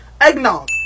Eggnog